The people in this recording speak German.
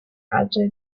alte